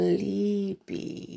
Sleepy